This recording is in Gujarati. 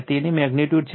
તેથી મેગ્નિટ્યુડ છે